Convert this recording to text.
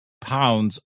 pounds